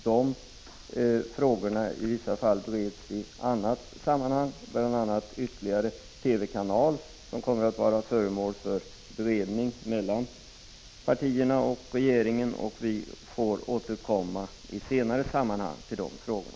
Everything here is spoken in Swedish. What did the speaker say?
Det gäller bl.a. frågan om ytterligare en TV-kanal, som kommer att bli föremål för överläggningar mellan partierna och regeringen. Vi får vid ett senare tillfälle återkomma till dessa frågor.